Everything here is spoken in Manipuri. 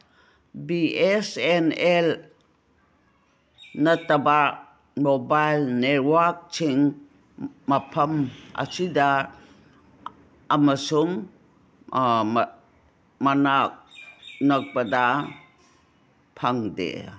ꯕꯤ ꯑꯦꯁ ꯑꯦꯟ ꯑꯦꯜ ꯅꯠꯇꯕ ꯃꯣꯕꯥꯏꯜ ꯅꯦꯠꯋꯥꯛꯁꯤꯡ ꯃꯐꯝ ꯑꯁꯤꯗ ꯑꯃꯁꯨꯡ ꯃꯅꯥꯛ ꯅꯛꯄꯗ ꯐꯪꯗꯦ